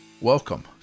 Welcome